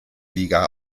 liga